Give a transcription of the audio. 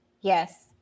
yes